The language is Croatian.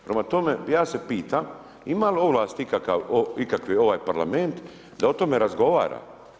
Prema tome, ja se pitam ima li ovlast ikakve ovaj Parlament da o tome razgovaramo.